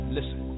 Listen